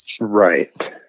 Right